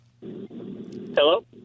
Hello